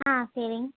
ஆ சரிங்க